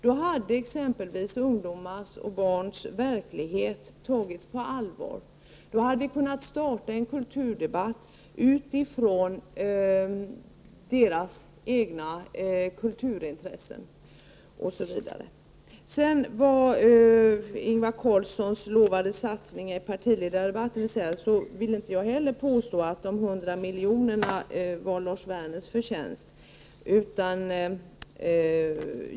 Då hade exempelvis ungdomars och barns verklighet tagits på allvar. Då hade vi kunnat starta en kulturdebatt utifrån deras egna kulturintressen osv. Vad de av Ingvar Carlsson i partiledardebatten utlovade satsningarna beträffar vill inte jag heller påstå att de 100 miljonerna var Lars Werners förtjänst.